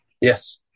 Yes